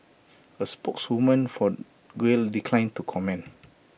A spokeswoman for Grail declined to comment